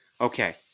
Okay